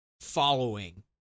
following